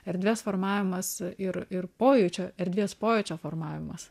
erdvės formavimas ir ir pojūčio erdvės pojūčio formavimas